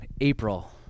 April